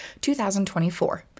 2024